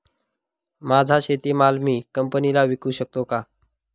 माझा शेतीमाल मी कंपनीला विकू शकतो का?